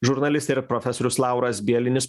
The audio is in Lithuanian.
žurnalistė ir profesorius lauras bielinis